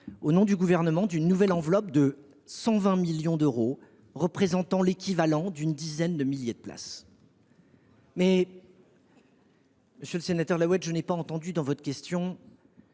au nom du Gouvernement, d’une nouvelle enveloppe de 120 millions d’euros, représentant l’équivalent d’une dizaine de milliers de places. Monsieur le sénateur, je n’ai pas entendu dans votre question